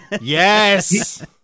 Yes